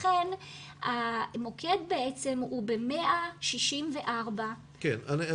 לכן המוקד בעצם הוא ב-164 --- כן,